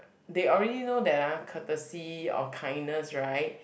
they already know there aren't courtesy or kindness right